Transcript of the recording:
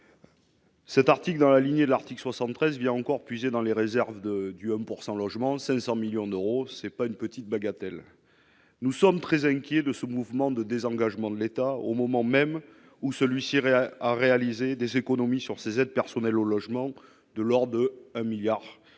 Cet article dans la lignée de l'article 73 via encore puiser dans les réserves de du 1 pourcent logement 500 millions d'euros, c'est pas une petite bagatelle, nous sommes très inquiets de ce mouvement de désengagement de l'État au moment même où celui-ci serait à réaliser des économies sur ces aides personnelles au logement de l'or de 1 milliard